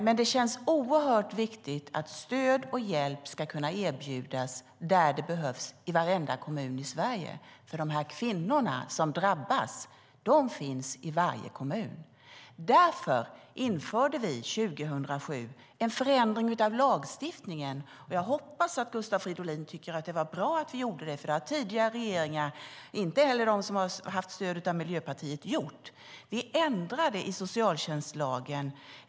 Men det känns oerhört viktigt att stöd och hjälp ska kunna erbjudas där det behövs i varenda kommun i Sverige, för kvinnorna som drabbas finns i varenda kommun. Därför införde vi 2007 en förändring av lagstiftningen. Jag hoppas att Gustav Fridolin tycker att det var bra att vi gjorde det, för det har tidigare regeringar inte gjort - inte heller de som har haft stöd av Miljöpartiet. Vi ändrade i socialtjänstlagen.